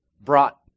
brought